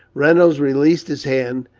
reynolds released his hand,